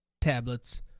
tablets